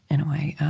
in a way.